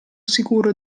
sicuro